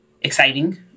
exciting